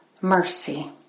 mercy